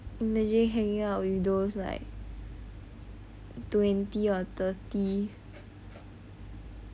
imagine hanging out with those like twenty or thirty